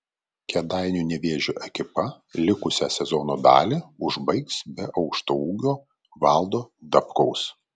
kėdainių nevėžio ekipa likusią sezono dalį užbaigs be aukštaūgio valdo dabkaus